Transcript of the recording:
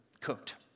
cooked